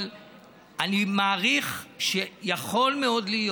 אבל אני מעריך שיכול מאוד להיות